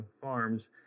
farms